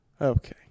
Okay